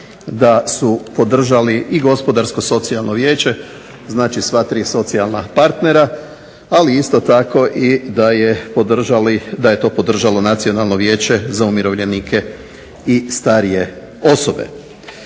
da su podržali i gospodarsko socijalno vijeće, znači sva tri socijalna partnera ali isto tako da je to podržalo Nacionalno vijeće za umirovljenike i starije osobe.